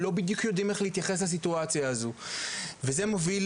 לא בדיוק יודעים כיצד להתייחס לסיטואציה הזו וזה מוביל